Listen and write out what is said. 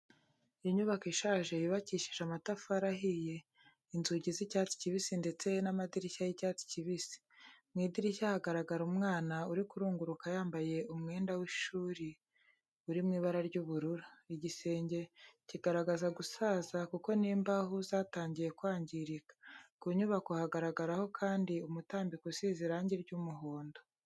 Inyubako ishaje yubakishije amatafari ahiye, inzugi z'icyatsi kibisi ndetse n'amadirishya y'icyatsi kibisi. Mu idirishya hagaragara umwana uri kurunguruka yambaye umwenda w'ishuri uri mu ibara ry'ubururu. Igisenge kigaragaza gusaza kuko n'imbaho zatangiye kwangirika. Ku nyubako hagaragaraho kandi umutambiko usize irangi ry'umuhondo.